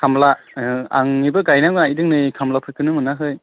खामला ओ आंनाबो गायनाया गायदों नै खामलाफोरखौनो गायनो मोनाखै